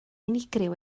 unigryw